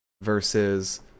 versus